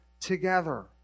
together